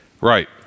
Right